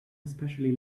especially